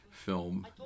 Film